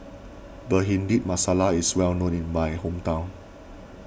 Bhindi Masala is well known in my hometown